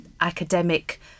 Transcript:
academic